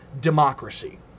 democracy